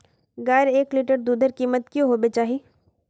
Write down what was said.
गायेर एक लीटर दूधेर कीमत की होबे चही?